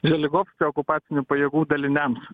želigovskio okupacinių pajėgų daliniams